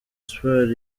espoir